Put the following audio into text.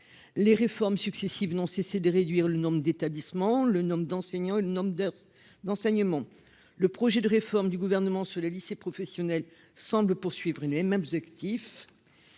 les réformes successives n'ont cessé de réduire le nombre d'établissements, le nombre d'enseignants et le nombre d'enseignement, le projet de réforme du gouvernement sur les lycées professionnels semblent poursuivre une les mêmes actifs,